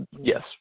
yes